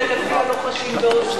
ידע הציבור מי פועל לפי הלוחשים באוזנו,